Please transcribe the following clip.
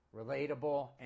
relatable